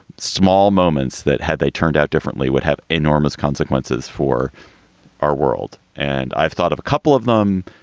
small moments that had they turned out differently would have enormous consequences for our world. and i've thought of a couple of them,